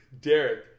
Derek